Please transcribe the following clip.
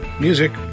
Music